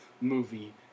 movie